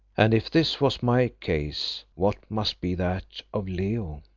and if this was my case what must be that of leo!